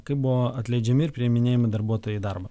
kaip buvo atleidžiami ir priiminėjami darbuotojai į darbą